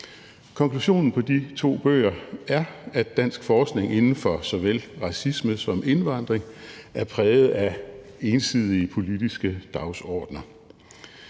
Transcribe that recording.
Konklusionen på de to bøger er, at dansk forskning inden for såvel racisme som indvandring er præget af ensidige politiske dagsordener.